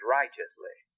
righteously